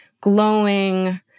glowing